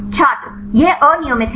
छात्र यह अनियमित है